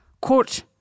quote